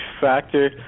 factor